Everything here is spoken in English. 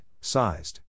sized